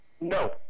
No